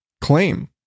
claim